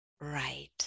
right